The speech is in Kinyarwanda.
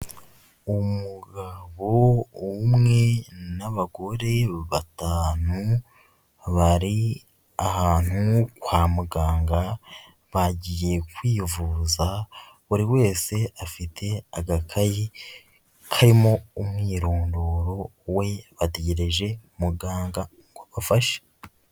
Umugabo umwe n'abagore batanu bari ahantu kwa muganga, bagiye kwivuza buri wese afite agakayi karimo umwirondoro we. Bategereje muganga ngo abafashe.